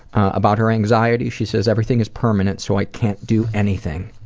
about her anxiety she says everything is permanent, so i can't do anything.